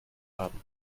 haben